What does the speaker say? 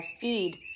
feed